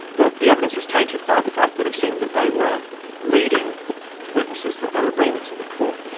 that the evidence was tainted by the fact that it seemed that they were leading the witnesses that they were bringing to the court,